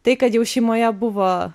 tai kad jau šeimoje buvo